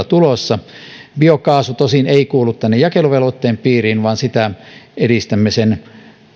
tulossa biokaasu tosin ei kuulu jakeluvelvoitteen piiriin vaan edistämme sen